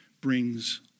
Brings